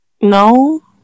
No